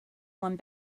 one